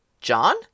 John